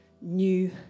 new